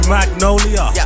Magnolia